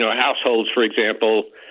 households, for example,